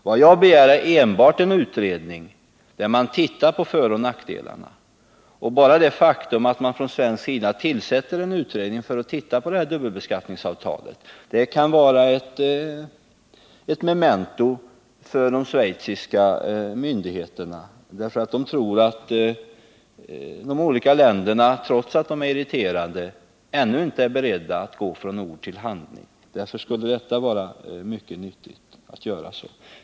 Vad jag begär är enbart en utredning, där man tittar på föroch nackdelarna. Bara det faktum att man i Sverige tillsätter en utredning för att titta på det här dubbelbeskattningsavtalet kan vara ett memento för de schweiziska myndigheterna, därför att de tror att de olika länderna, trots att de är irriterade, ännu inte är beredda att gå från ord till handling. Därför skulle det vara till stor nytta att göra så.